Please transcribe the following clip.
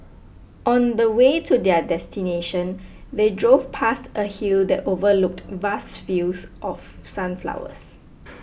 on the way to their destination they drove past a hill that overlooked vast fields of sunflowers